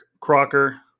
Crocker